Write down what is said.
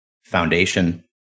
foundation